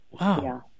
Wow